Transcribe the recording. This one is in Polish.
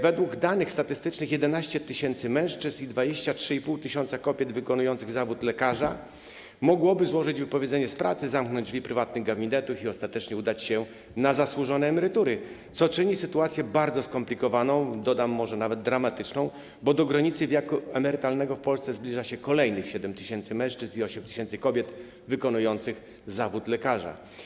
Według danych statystycznych 11 tys. mężczyzn i 23,5 tys. kobiet wykonujących zawód lekarza mogłoby złożyć wypowiedzenie z pracy, zamknąć drzwi prywatnych gabinetów i ostatecznie udać się na zasłużone emerytury, co czyni sytuację bardzo skomplikowaną, może nawet dramatyczną, bo do granicy wieku emerytalnego w Polsce zbliża się kolejne 7 tys. mężczyzn i 8 tys. kobiet wykonujących zawód lekarza.